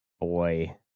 boy